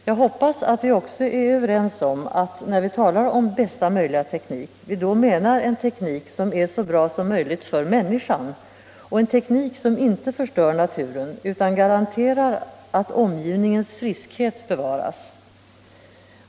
Jag hoppas att vi också är överens om att när vi talar om bästa möjliga teknik, så menar vi en teknik som är så bra som möjligt för människan och en teknik som inte förstör naturen utan garanterar att omgivningens friskhet bevaras.